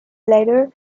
later